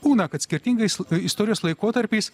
būna kad skirtingais istorijos laikotarpiais